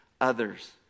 others